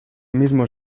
mismo